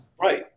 Right